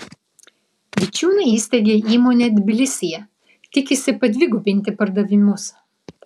vičiūnai įsteigė įmonę tbilisyje tikisi padvigubinti pardavimus